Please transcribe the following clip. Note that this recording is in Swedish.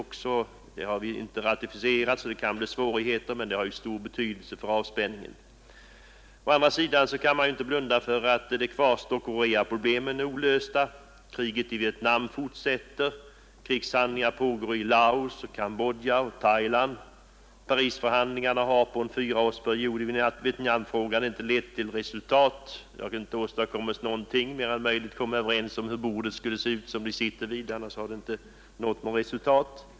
Även om de ännu inte ratificerats — och det kan uppstå svårigheter i det avseendet — har de stor betydelse för avspänningen. Å andra sidan kan man inte blunda för att Koreaproblemen kvarstår olösta, att kriget i Vietnam fortsätter, att krigshandlingar pågår även i Laos, Cambodja och Thailand. Parisförhandlingarna har under en fyraårsperiod inte lett till resultat — det har inte åstadkommits någonting mer än möjligen att man kommit överens om hur bordet som man sitter vid skall se ut.